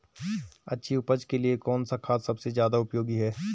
अच्छी उपज के लिए कौन सा खाद सबसे ज़्यादा उपयोगी है?